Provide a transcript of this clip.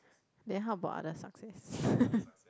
then how about other success